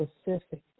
specific